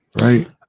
Right